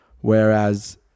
Whereas